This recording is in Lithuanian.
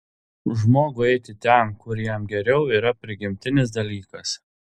žmogui eiti ten kur jam geriau yra prigimtinis dalykas